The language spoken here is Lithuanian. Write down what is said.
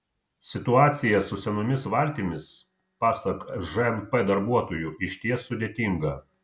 situacija su senomis valtimis pasak žnp darbuotojų išties sudėtinga